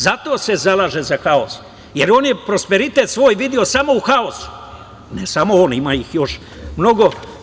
Zato se zalaže za haos, jer on je prosperitet svoj video samo u haosu i ne samo on, ima ih još mnogo.